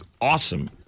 awesome